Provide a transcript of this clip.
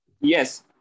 Yes